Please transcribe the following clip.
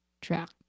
track